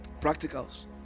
practicals